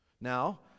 Now